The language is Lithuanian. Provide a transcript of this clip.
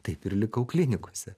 taip ir likau klinikose